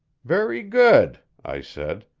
very good, i said.